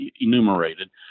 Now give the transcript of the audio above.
enumerated